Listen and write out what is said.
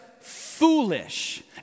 foolish